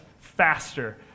faster